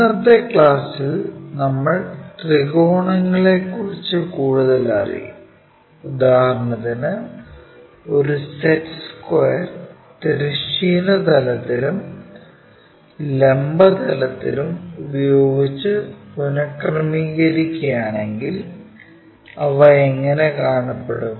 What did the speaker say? ഇന്നത്തെ ക്ലാസ്സിൽ നമ്മൾ ത്രികോണങ്ങളെക്കുറിച്ച് കൂടുതലറിയും ഉദാഹരണത്തിന് ഒരു സെറ്റ് സ്ക്വയർ തിരശ്ചീന തലത്തിലും ലംബ തലത്തിലും ഉപയോഗിച്ച് പുനക്രമീകരിക്കുകയാണെങ്കിൽ അവ എങ്ങനെ കാണപ്പെടും